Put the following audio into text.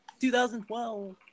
2012